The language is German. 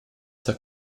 der